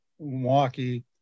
Milwaukee